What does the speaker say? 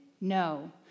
No